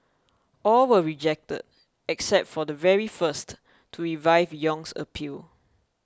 all were rejected except for the very first to revive Yong's appeal